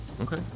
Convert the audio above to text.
Okay